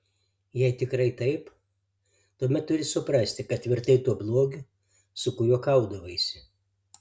jei tikrai taip tuomet turi suprasti kad virtai tuo blogiu su kuriuo kaudavaisi